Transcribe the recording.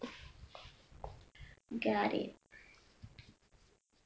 got it